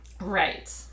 Right